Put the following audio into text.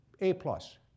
A-plus